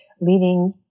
leading